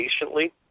patiently